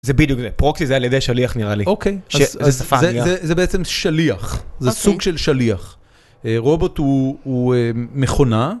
זה בדיוק זה, פרוקסי זה על ידי שליח נראה לי, שזה שפע נראה לי. זה בעצם שליח, זה סוג של שליח, רובוט הוא מכונה.